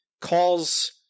Calls